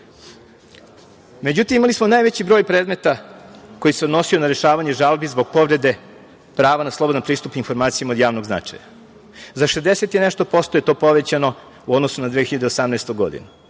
predmeta.Međutim, imali smo najveći broj predmeta koji se odnosio na rešavanje žalbi zbog povrede prava na slobodan pristup informacijama od javnog značaja. Za 60 i nešto posto je to povećano u odnosu na 2018. godinu.